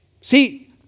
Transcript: See